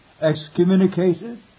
excommunicated